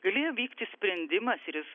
galėjo vykti sprendimas ir jis